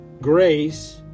grace